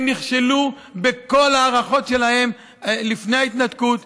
הם נכשלו בכל ההערכות שלהם לפני ההתנתקות,